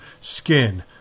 skin